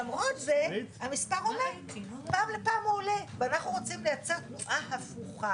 ואם אתה באמת רוצה לשמוע --- אני באמת רוצה